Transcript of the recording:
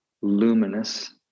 luminous